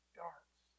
darts